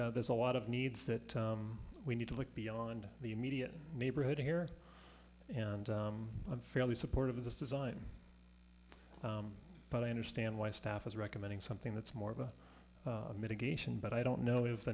there's a lot of needs that we need to look beyond the immediate neighborhood here and i'm fairly supportive of this design but i understand why staff is recommending something that's more of a mitigation but i don't know if the